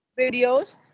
videos